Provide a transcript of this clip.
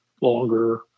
longer